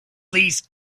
these